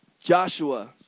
Joshua